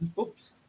oops